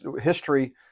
history